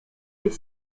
est